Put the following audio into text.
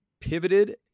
pivoted